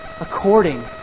according